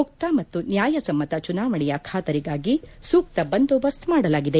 ಮುಕ್ತ ಮತ್ತು ನ್ಯಾಯಸಮ್ಮತ ಚುನಾವಣೆಯ ಖಾತರಿಗಾಗಿ ಸೂಕ್ತ ಬಂದೋಬಸ್ತ್ ಮಾಡಲಾಗಿದೆ